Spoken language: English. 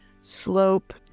slope